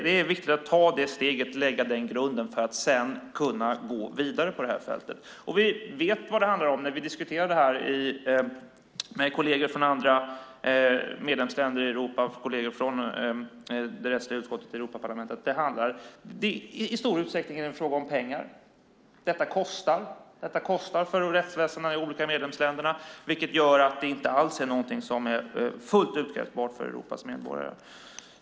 Det är viktigt att ta det steget och lägga den grunden för att sedan kunna gå vidare på det här fältet. Vi vet vad det handlar om när vi diskuterar det här med kolleger från andra medlemsländer i Europa och kolleger från det rättsliga utskottet i Europaparlamentet. Det är i stor utsträckning en fråga om pengar. Detta kostar. Det kostar för rättsväsendena i de olika medlemsländerna, vilket gör att det inte alls är någonting som är fullt utkrävbart för Europas medborgare.